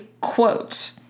quote